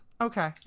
Okay